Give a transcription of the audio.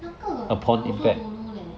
那个 I also don't know leh